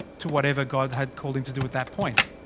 to whatever god had called him to do at that point.